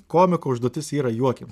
komiko užduotis yra juokint